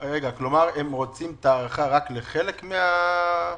כלומר הם רוצים את ההארכה רק לחלק מהבקשות?